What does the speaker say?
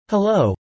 Hello